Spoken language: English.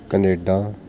Canada